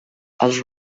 els